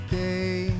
day